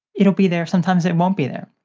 it'll be there, sometimes it won't be there.